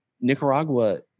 nicaragua